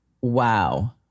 wow